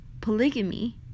polygamy